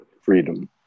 freedom